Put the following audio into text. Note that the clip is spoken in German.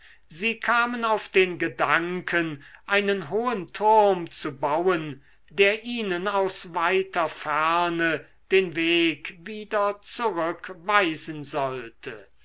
sie kamen auf den gedanken einen hohen turm zu bauen der ihnen aus weiter ferne den weg wieder zurück weisen sollte